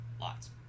Lots